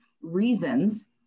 reasons